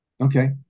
Okay